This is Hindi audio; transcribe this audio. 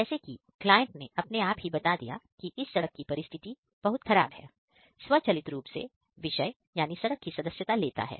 जैसे कि क्लाइंट ने अपने आप ही बता दिया कि इस सड़क की परिस्थिति बहुत खराब है स्वचालित रूप से विषय सड़क की सदस्यता लेता है